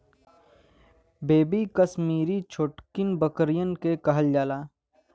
baby Kashmiri छोटकिन बकरियन के कहल जाला